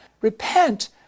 repent